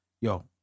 yo